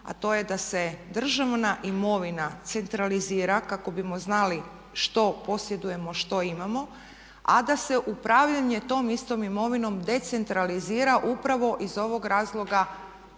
a to je da se državna imovina centralizira kako bismo znali što posjedujemo, što imamo a da se upravljanje tom istom imovinom decentralizira upravo iz ovog razloga